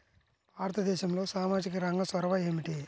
భారతదేశంలో సామాజిక రంగ చొరవ ఏమిటి?